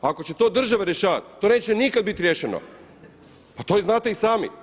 Ako će to država rješavati to neće nikada biti riješeno, pa to znate i sami.